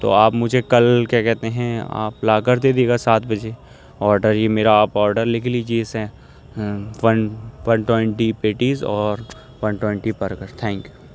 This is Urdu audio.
تو آپ مجھے کل کیا کہتے ہیں آپ لا کر دے دے گا سات بجے آڈر یہ میرا آپ آڈر لکھ لیجیے اسے ون ون ٹوینٹی پیٹیز اور one twenty burger thank you